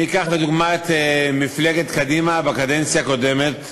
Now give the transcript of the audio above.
אני אקח לדוגמה את מפלגת קדימה בקדנציה הקודמת.